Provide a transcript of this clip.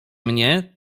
mnie